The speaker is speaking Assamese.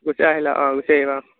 গুচি আহিলা অঁ গুচি আহিবা অঁ